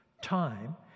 time